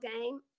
game